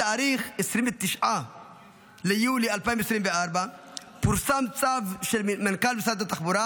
בתאריך 29 ביולי 2024 פורסם צו של מנכ"ל משרד התחבורה